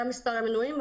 גם מספר המנויים,